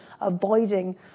avoiding